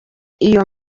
iyo